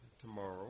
tomorrow